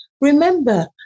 remember